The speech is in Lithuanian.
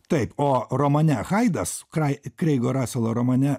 taip o romane haidas krai kreigo raselo romane